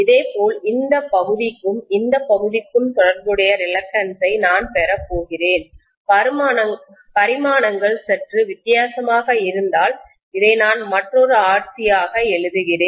இதேபோல் இந்த பகுதிக்கும் இந்த பகுதிக்கும் தொடர்புடைய ரிலக்டன்ஸ் ஐ நான் பெறப்போகிறேன் பரிமாணங்கள் சற்று வித்தியாசமாக இருந்தால் இதை நான் மற்றொரு RC ஆக எழுதுகிறேன்